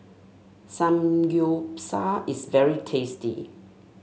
samgyeopsal is very tasty